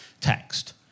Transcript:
text